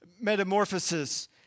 metamorphosis